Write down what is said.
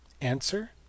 Answer